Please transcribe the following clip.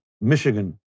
Michigan